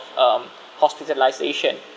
um hospitalisation